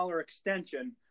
extension